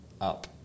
up